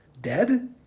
dead